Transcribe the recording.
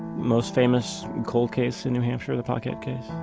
most famous cold case in new hampshire, the paquette case?